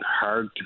hard